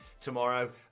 tomorrow